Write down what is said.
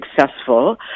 successful